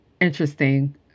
interesting